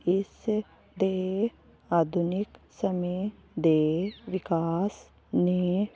ਇਸ ਦੇ ਆਧੁਨਿਕ ਸਮੇਂ ਦੇ ਵਿਕਾਸ ਨੇ